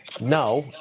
No